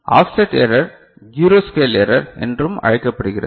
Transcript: offset error zero scale error என்றும் அழைக்கப்படுகிறது